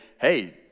hey